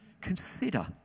consider